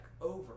over